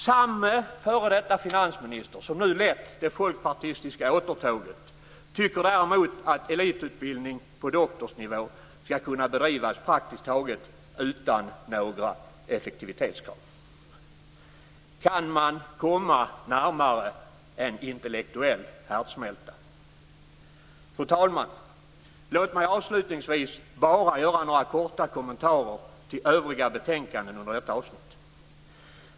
Samma före detta finansminister, som nu lett det folkpartistiska återtåget, tycker däremot att elitutbildning på doktorsnivå skall kunna bedrivas praktiskt taget utan några effektivitetskrav. Kan man komma närmare en intellektuell härdsmälta? Fru talman! Låt mig avslutningsvis bara göra några korta kommentarer till övriga betänkanden under detta avsnitt.